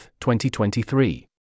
2023